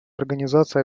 организация